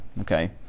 Okay